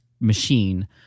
machine